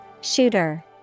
Shooter